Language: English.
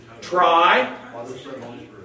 Try